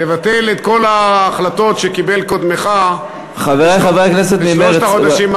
תבטל את כל ההחלטות שקיבל קודמך בשלושת החודשים,